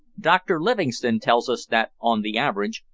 dr livingstone tells us that, on the average,